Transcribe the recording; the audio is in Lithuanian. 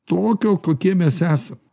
tokio kokie mes esam